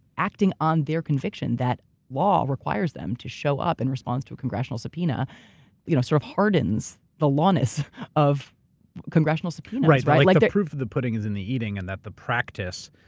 acting on their conviction that law requires them to show up in response to a congressional subpoena you know sort of hardens the lawness of congressional subpoena. right, right, like the proof of the pudding is in the eating in and that the practice,